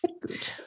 Good